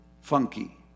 funky